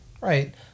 right